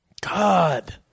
God